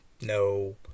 no